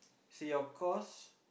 say your course